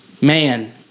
man